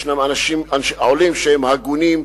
יש עולים שהם הגונים,